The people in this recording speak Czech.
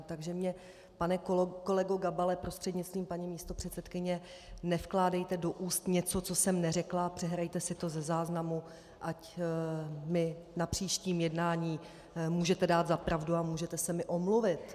Takže mě, pane kolego Gabale prostřednictvím paní místopředsedkyně, nevkládejte do úst něco, co jsem neřekla, a přehrajte si to ze záznamu, ať mi na příštím jednání můžete dát za pravdu a můžete se mi omluvit.